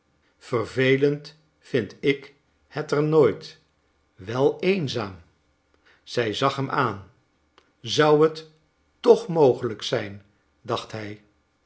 vervelend vind ik het er nooit wel eenzaam zij zag hem aan zou het toch mogelijk zijn dacht hij